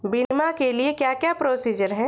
बीमा के लिए क्या क्या प्रोसीजर है?